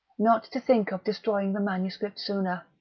not to think of destroying the manuscript sooner.